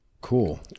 cool